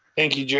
thank you, jeri.